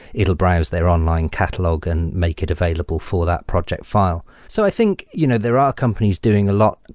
it'll brose their online catalog and make it available for that project file. so i think you know there are companies doing a lot.